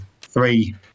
three